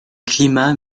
climat